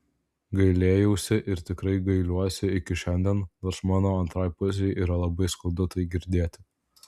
gailėjausi ir tikrai gailiuosi iki šiandien nors mano antrai pusei yra labai skaudu tai girdėt